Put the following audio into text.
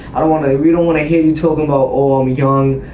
i don't want i don't want to hear you talking about. or i'm young.